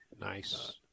Nice